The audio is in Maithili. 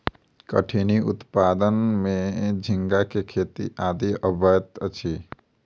कठिनी उत्पादन में झींगा के खेती आदि अबैत अछि